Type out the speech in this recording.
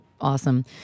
awesome